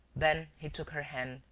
then he took her hand,